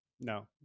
No